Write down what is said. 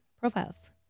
profiles